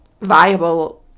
viable